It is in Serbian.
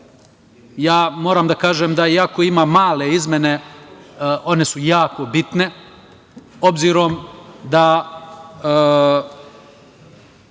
ja moram da kažem da iako ima male izmene, one su jako bitne, obzirom da